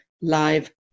live